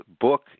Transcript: book